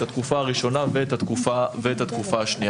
את התקופה הראשונה ואת התקופה השנייה.